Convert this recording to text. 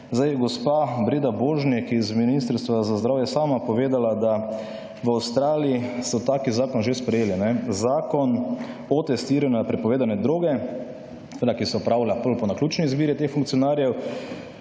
Gospa Breda Božnik iz Ministrstva za zdravje je sama povedala, da v Avstraliji so tak zakon že sprejeli. Zakon o testiranju na prepovedane droge, seveda ki se opravlja potem po naključni izbiri teh funkcionarjev.